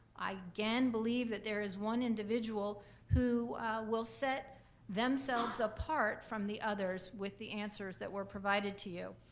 i again believe that there is one individual who will set themselves apart from the others with the answers that were provided to you.